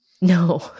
No